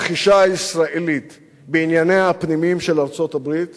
הבחישה הישראלית בענייניה הפנימיים של ארצות-הברית